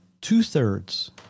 two-thirds